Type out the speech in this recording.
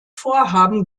vorhaben